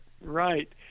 right